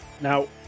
Now